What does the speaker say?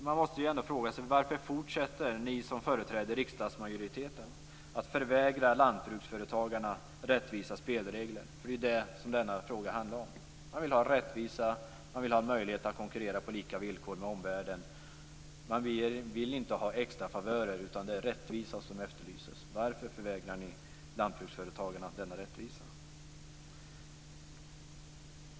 Jag måste ändå fråga: Varför fortsätter ni som företräder riksdagsmajoriteten att förvägra lantbruksföretagarna rättvisa spelregler? Det är ju det som denna fråga handlar om. De vill ha rättvisa och möjlighet att konkurrera på lika villkor med omvärlden. De vill inte ha extra favörer, utan det är rättvisa som efterlyses. Varför förvägrar ni lantbruksföretagarna denna rättvisa?